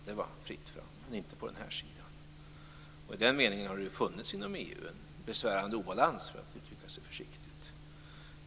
Där var det fritt fram, men inte på sysselsättningssidan. I den meningen har det inom EU funnits en besvärande obalans - för att uttrycka sig försiktigt.